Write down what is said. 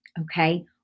Okay